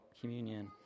communion